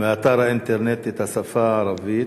ומאתר האינטרנט את השפה הערבית,